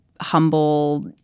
humble